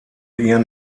ihren